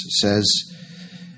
says